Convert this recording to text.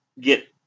get